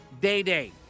Day-Day